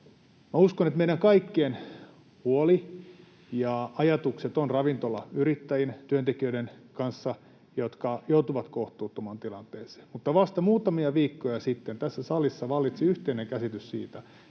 Uskon, että meidän kaikkien huoli ja ajatukset ovat ravintolayrittäjien ja ‑työntekijöiden kanssa, jotka joutuvat kohtuuttomaan tilanteeseen. Mutta vasta muutamia viikkoja sitten tässä salissa vallitsi yhteinen käsitys siitä,